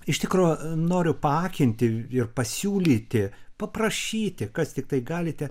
iš tikro noriu paakinti ir pasiūlyti paprašyti kas tiktai galite